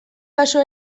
baso